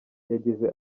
yagize